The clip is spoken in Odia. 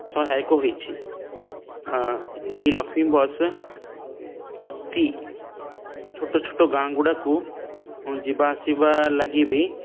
ସହାୟକ ହୋଇଛି ଏହି ଲକ୍ଷ୍ମୀ ବସ୍ ପ୍ରତି ଛୋଟ ଛୋଟ ଗାଁଗୁଡ଼ାକୁ ଯିବା ଆସିବା ଲାଗି ବି